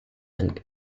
and